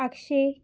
आक्षें